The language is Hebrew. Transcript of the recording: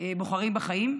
בוחרים בחיים.